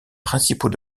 principaux